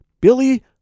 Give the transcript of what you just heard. Billy